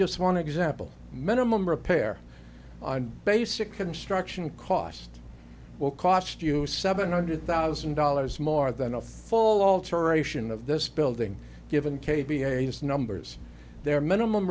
just want to zap a minimum repair on basic construction cost will cost you seven hundred thousand dollars more than a full alteration of this building given k b s numbers their minimum